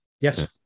yes